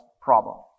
problem